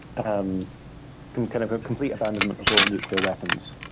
um kind of complete abandonment of all nuclear weapons,